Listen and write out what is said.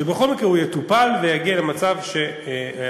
ובכל מקרה האזור יטופל ויגיע למצב שיטוהר,